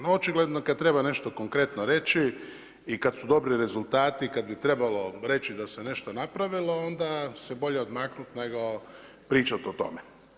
No, očigledno kada treba nešto konkretno reći i kada su dobri rezultati, kada bi trebalo reći da se nešto napravilo onda se bolje odmaknuti, nego pričati o tome.